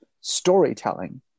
storytelling